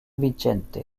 vicente